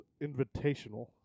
Invitational